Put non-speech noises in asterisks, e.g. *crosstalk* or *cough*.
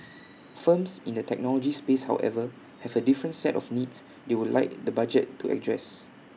*noise* firms in the technology space however have A different set of needs they would like the budget to address